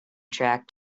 track